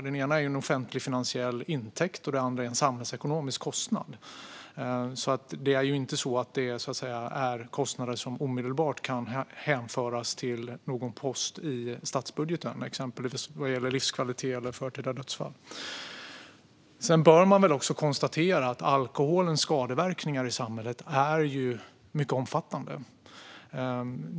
Det ena är en offentligfinansiell intäkt, och det andra är en samhällsekonomisk kostnad. Det är inte kostnader som omedelbart kan hänföras till någon post i statsbudgeten, exempelvis vad gäller livskvalitet eller förtida dödsfall. Man bör väl också konstatera att alkoholens skadeverkningar i samhället är mycket omfattande.